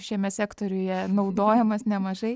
šiame sektoriuje naudojamas nemažai